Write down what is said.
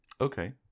Okay